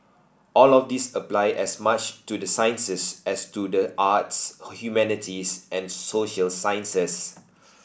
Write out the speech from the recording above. all of these apply as much to the sciences as to the arts humanities and social sciences